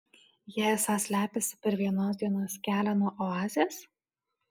jie esą slepiasi per vienos dienos kelią nuo oazės